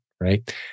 right